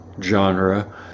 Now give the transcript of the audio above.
genre